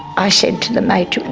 i said to the matron,